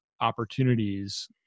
opportunities